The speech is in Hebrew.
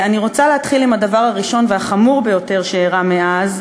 אני רוצה להתחיל עם הדבר הראשון והחמור ביותר שאירע מאז,